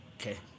Okay